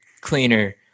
cleaner